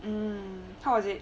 mm how was it